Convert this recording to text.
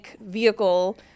vehicle